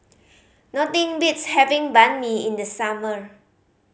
nothing beats having Banh Mi in the summer